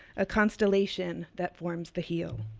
a constellation that forms the heel.